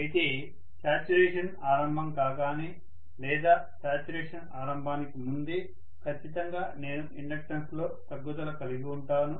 అయితే శాచ్యురేషన్ ఆరంభం కాగానే లేదా శాచ్యురేషన్ ఆరంభానికి ముందే ఖచ్చితంగా నేను ఇండక్టెన్స్ లో తగ్గుదల కలిగివుంటాను